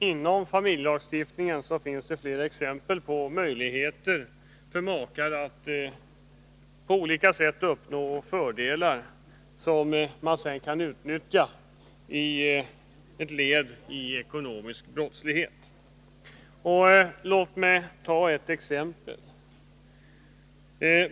Inom familjelagstiftningen finns det flera exempel på möjligheter för makar att på olika sätt uppnå fördelar, som man sedan kan utnyttja som ett led i ekonomisk brottslighet. Låt mig ta ett exempel.